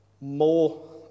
more